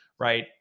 right